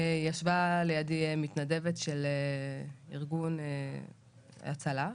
ישבה לידי מתנדבת של ארגון הצלה.